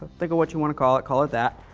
think of what you want to call it, call it that,